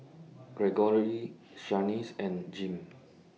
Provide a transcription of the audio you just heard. Gregory Shaniece and Jim